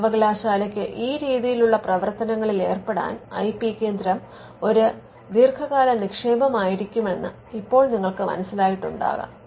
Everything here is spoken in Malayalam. ഒരു സർവ്വകലാശാലയ്ക്ക് ഈ രീതിയിലുള്ള പ്രവർത്തനങ്ങളിൽ ഏർപ്പെടാൻ ഐ പി കേന്ദ്രം ഒരു ദീർഘകാല നിക്ഷേപമായിരിക്കണമെന്ന് ഇപ്പോൾ നിങ്ങൾക്ക് മനസിലായിട്ടുണ്ടാവണം